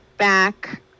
back